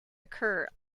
occur